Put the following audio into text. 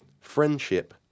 friendship